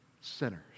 sinners